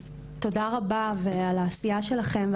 תודה רבה על העשייה שלכם,